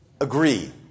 agree